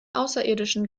außerirdischen